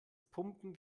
pumpen